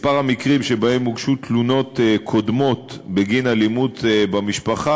מספר המקרים שבהם הוגשו תלונות קודמות בגין אלימות במשפחה,